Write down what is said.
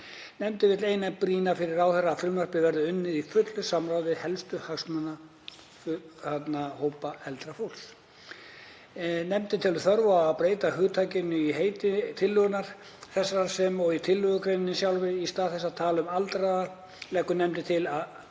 Nefndin vill einnig brýna fyrir ráðherra að frumvarpið verði unnið í fullu samráði við helstu hagsmunahópa eldra fólks. Nefndin telur þörf á að breyta hugtakanotkun í heiti tillögu þessarar sem og í tillögugreininni sjálfri. Í stað þess að tala um „aldraða“ leggur nefndin til að